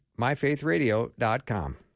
MyFaithRadio.com